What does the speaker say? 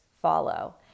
follow